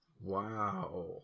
Wow